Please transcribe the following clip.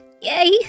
Yay